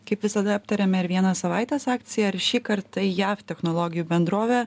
kaip visada aptariame ir vieną savaitės akciją ar šįkart tai jav technologijų bendrovė